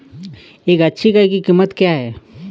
एक अच्छी गाय की कीमत क्या है?